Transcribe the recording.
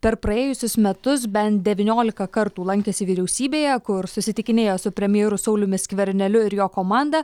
per praėjusius metus bent devyniolika kartų lankėsi vyriausybėje kur susitikinėjo su premjeru sauliumi skverneliu ir jo komanda